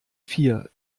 vier